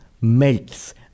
melts